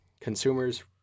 consumers